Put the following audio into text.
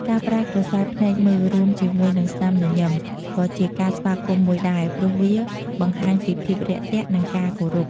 ការប្រើក្រសែភ្នែកមើល រួមជាមួយនឹងស្នាមញញឹម ក៏ជាការស្វាគមន៍មួយដែរ ព្រោះវាបង្ហាញពីភាពរាក់ទាក់ និងការគោរព។